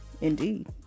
Indeed